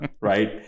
right